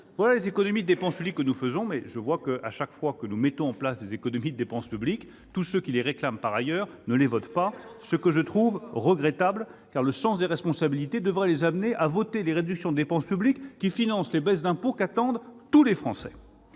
Voilà les économies de dépense publique que nous faisons ! Cependant, je constate que, chaque fois que nous mettons en oeuvre de telles économies, tous ceux qui les réclament par ailleurs votent contre, ce que je trouve regrettable. Le sens des responsabilités devrait les conduire à voter les réductions de dépense publique qui financent les baisses d'impôt qu'attendent tous les Français